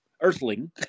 earthling